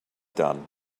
done